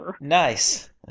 Nice